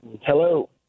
hello